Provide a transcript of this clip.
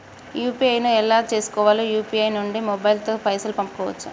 UPI ను ఎలా చేస్కోవాలి యూ.పీ.ఐ నుండి మొబైల్ తో పైసల్ పంపుకోవచ్చా?